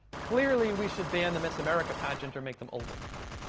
clearly, we should ban the miss america pageant or make them older.